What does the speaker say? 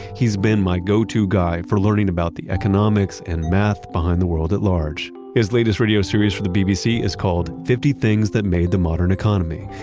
he's been my go-to guy for learning about the economics and math behind the world at large. his latest radio series from the bbc is called fifty things that made the modern economy.